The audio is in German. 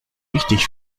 wichtig